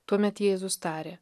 tuomet jėzus tarė